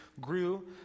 grew